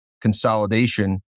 consolidation